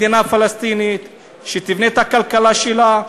מדינה פלסטינית שתבנה את הכלכלה שלה,